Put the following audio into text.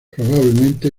probablemente